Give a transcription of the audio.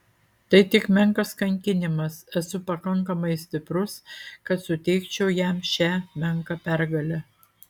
tai tik menkas kankinimas esu pakankamai stiprus kad suteikčiau jam šią menką pergalę